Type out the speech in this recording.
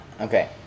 Okay